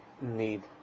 need